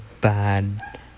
bad